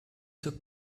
took